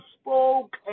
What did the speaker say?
spoke